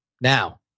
Now